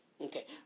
Okay